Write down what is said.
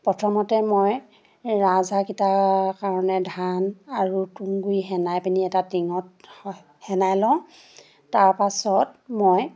প্ৰথমতে মই ৰাজহাঁহকেইটাৰ কাৰণে ধান আৰু তুঁহ গুৰি সানি পিনি এটা টিঙত সানি লওঁ তাৰ পাছত মই